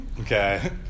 Okay